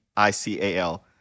I-C-A-L